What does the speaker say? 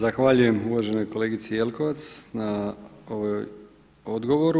Zahvaljujem uvaženoj kolegici Jelkovac na odgovoru.